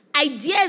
ideas